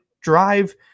drive